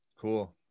Cool